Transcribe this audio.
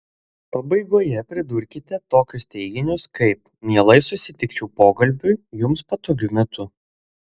pabaigoje pridurkite tokius teiginius kaip mielai susitikčiau pokalbiui jums patogiu metu